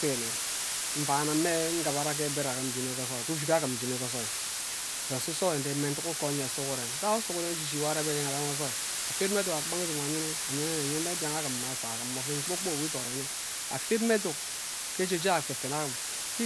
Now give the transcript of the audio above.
Ntene mvana mme ngabara ghe bed agime ghe uviki am njinne ke ozoi oven usu uso nwo ndem mme nduk uko enwe nye. Sughuren nta awo sughuren uyeng eshi uyina enyeng uyina ozoi afed eduk agha gha izom anyene anyene gba mbian agim mma asoga agim oven kpor kpok nwo idorime afed mma eduk ke jeje efefe am